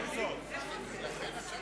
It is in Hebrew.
התשס"ט 2009,